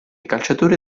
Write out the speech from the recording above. calciatore